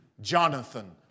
Jonathan